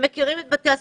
הם מכירים את בתי הספר,